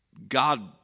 God